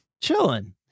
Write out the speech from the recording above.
chilling